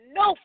no